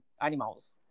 animals